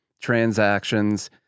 transactions